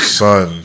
son